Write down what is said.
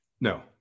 No